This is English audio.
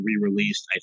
re-released